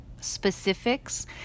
specifics